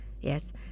Yes